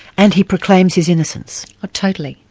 and he proclaims his innocence? ah totally.